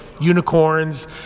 unicorns